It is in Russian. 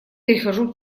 перехожу